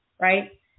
right